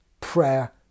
prayer